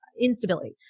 instability